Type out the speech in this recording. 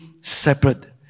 separate